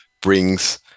brings